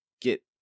get